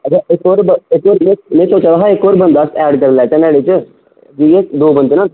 अ ब इक होर बंद् इक होर में सोचा दा हा इक होर बंदा ऐड करी लैचै ना एह्दे च इ'यां दो बंदे ना